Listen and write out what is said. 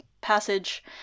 passage